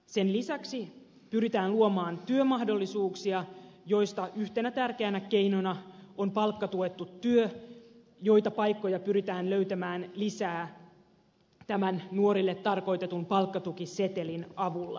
sen lisäksi pyritään luomaan työmahdollisuuksia joista yhtenä tärkeänä keinona on palkkatuettu työ joita paikkoja pyritään löytämään lisää nuorille tarkoitetun palkkatukisetelin avulla